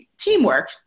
teamwork